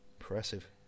Impressive